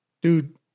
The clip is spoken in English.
dude